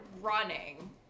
running